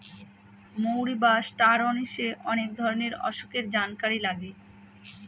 মৌরি বা star anise অনেক ধরনের অসুখের জানকারি লাগে